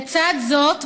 לצד זאת,